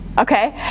Okay